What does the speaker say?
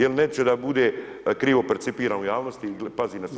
Jer neće da bude krivo percipiran u javnosti jer pazi na